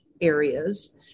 areas